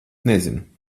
nezinu